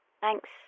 thanks